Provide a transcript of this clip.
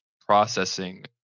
processing